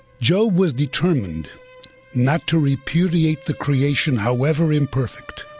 job was determined not to repudiate the creation, however imperfect,